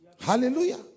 hallelujah